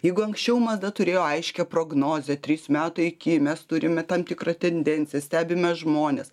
jeigu anksčiau mada turėjo aiškią prognozę trys metai iki mes turime tam tikrą tendenciją stebime žmones